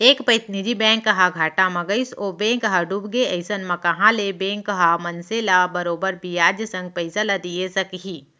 एक पइत निजी बैंक ह घाटा म गइस ओ बेंक ह डूबगे अइसन म कहॉं ले बेंक ह मनसे ल बरोबर बियाज संग पइसा ल दिये सकही